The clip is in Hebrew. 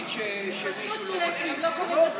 יכולה לדבר.